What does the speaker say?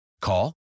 Call